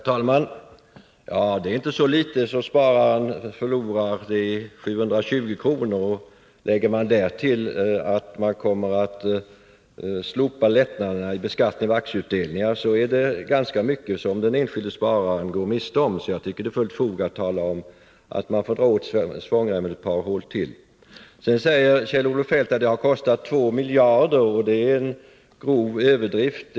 Herr talman! Det är inte så litet spararen förlorar. Det rör sig om 720 kr. Lägger man därtill att lättnaderna i beskattningen vid aktieutdelningar kommer att slopas, så finner man att det är ganska mycket som den enskilde spararen går miste om. Jag tycker därför att det finns fullt fog för att tala om att man får dra åt svångremmen ett par hål till. Sedan säger Kjell-Olof Feldt att det har kostat 2 miljarder kronor. Det är en grov överdrift.